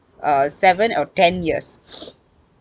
uh seven or ten years